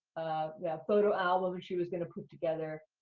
that photo album she was gonna put together.